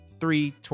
three